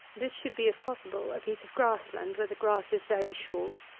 this should be, if possible, a piece of grass land, where the grass is very short.